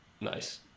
Nice